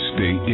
Stay